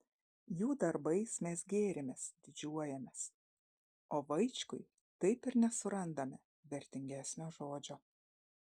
jų darbais mes gėrimės didžiuojamės o vaičkui taip ir nesurandame vertingesnio žodžio